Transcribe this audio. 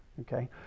Okay